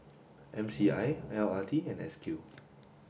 M C I L R T and S Q